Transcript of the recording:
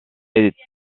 est